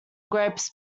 grapes